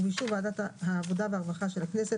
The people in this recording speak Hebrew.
ובאישור ועדת העבודה והרווחה של הכנסת,